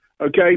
okay